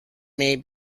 may